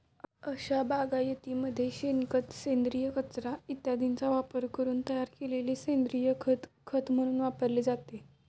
अशा बागायतीमध्ये शेणखत, सेंद्रिय कचरा इत्यादींचा वापरून तयार केलेले सेंद्रिय खत खत म्हणून वापरले जाते